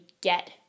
get